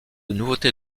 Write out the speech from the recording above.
nouveauté